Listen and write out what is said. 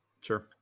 Sure